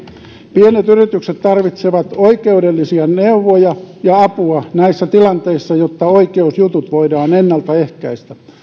pienet yritykset tarvitsevat oikeudellisia neuvoja ja apua näissä tilanteissa jotta oikeusjutut voidaan ennalta ehkäistä